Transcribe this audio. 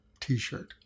t-shirt